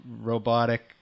robotic